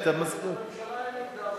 לממשלה אין עמדה.